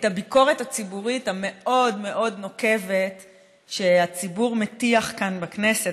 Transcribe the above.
את הביקורת הציבורית המאוד-מאוד נוקבת שהציבור מטיח כאן בכנסת,